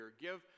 Give